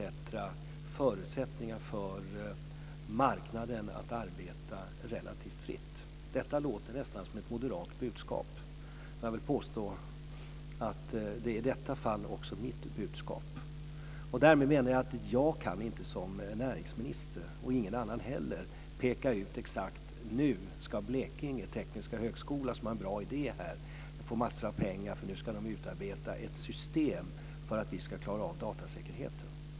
uttrycker förutsättningar för marknaden att arbeta relativt fritt. Detta låter nästan som ett moderat budskap. Jag vill påstå att det i detta fall också är mitt budskap. Därmed menar jag att jag inte som näringsminister och inte någon annan heller kan peka ut att Blekinge tekniska högskola, som har en bra idé, nu ska få en massa pengar för att utarbeta ett system för att vi ska klara av datasäkerheten.